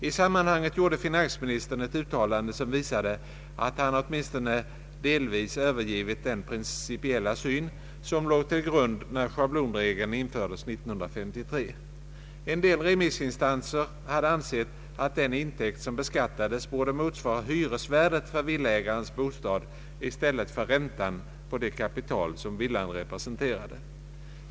I sammanhanget gjorde finansministern ett uttalande som visade att han åtminstone delvis övergivit den principiella syn som låg till grund, när schablonregeln infördes 1953. En del remissinstanser hade ansett, att den intäkt som beskattades borde motsvara hyresvärdet för villaägarens bostad i stället för räntan på det kapital som villan representerade.